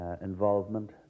involvement